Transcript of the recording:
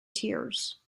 tears